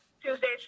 Tuesdays